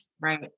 Right